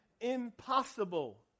impossible